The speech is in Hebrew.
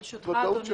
ברשותך, אדוני.